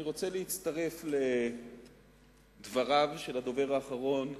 אני רוצה להצטרף לדברי הדובר האחרון,